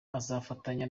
azafatanya